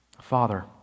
Father